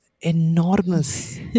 enormous